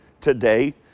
today